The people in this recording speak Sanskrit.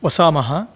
वसामः